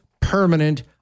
permanent